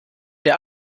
der